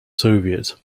soviet